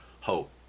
hope